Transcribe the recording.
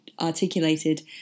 articulated